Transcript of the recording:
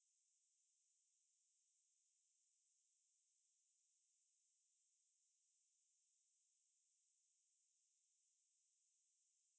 year two no no I did with Sha